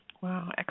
Wow